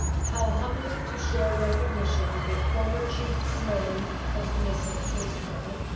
how humbling to share recognition with former chief snowden, costa-mesa police department,